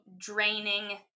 draining